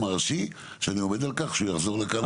הראשי שאני עומד על כך שהוא יחזור לכאן בהמשך.